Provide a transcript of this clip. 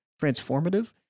transformative